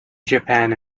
japan